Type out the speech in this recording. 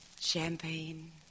Champagne